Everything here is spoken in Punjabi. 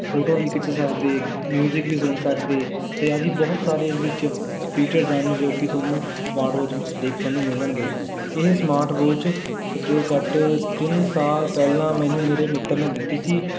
ਫੋਟੋਆਂ ਵੀ ਖਿੱਚ ਸਕਦੇ ਮਿਊਜ਼ਿਕ ਵੀ ਸੁਣ ਸਕਦੇ ਅਤੇ ਆਦਿ ਬਹੁਤ ਸਾਰੇ ਇਸ ਵਿੱਚ ਫੀਚਰਸ ਹਨ ਜੋ ਕਿ ਤੁਹਾਨੂੰ ਸਮਾਰਟ ਵਾਚ ਵਿੱਚ ਦੇਖਣ ਨੂੰ ਮਿਲਣਗੇ ਇਹ ਸਮਾਰਟ ਵਾਚ ਘੱਟੋਂ ਘੱਟ ਤਿੰਨ ਸਾਲ ਪਹਿਲਾਂ ਮੈਨੂੰ ਮੇਰੇ ਮਿੱਤਰ ਨੇ ਦਿੱਤੀ ਸੀ